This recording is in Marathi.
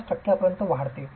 5 टक्क्यांपर्यंत वाढते